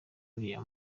uriya